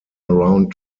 around